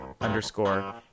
underscore